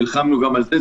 ונלחמנו גם על זה,